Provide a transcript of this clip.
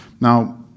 Now